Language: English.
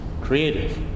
creative